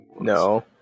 no